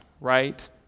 right